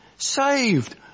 Saved